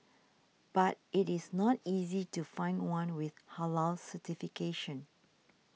but it is not easy to find one with Halal certification